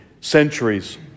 centuries